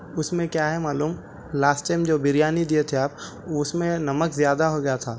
اس میں کیا ہے معلوم لاسٹ ٹائم جو بریانی دیئے تھے آپ اس میں نمک زیادہ ہو گیا تھا